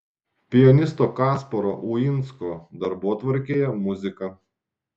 pianisto kasparo uinsko darbotvarkėje muzika